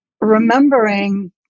remembering